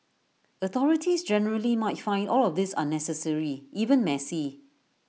authorities generally might find all of this unnecessary even messy